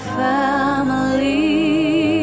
family